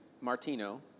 Martino